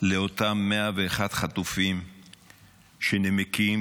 לאותם 101 חטופים שנמקים